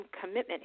commitment